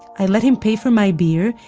i let him pay for my beer,